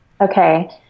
Okay